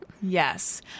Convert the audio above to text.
Yes